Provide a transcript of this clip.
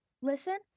listen